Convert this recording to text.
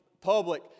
public